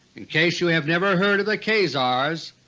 in case you have never heard of the khazars,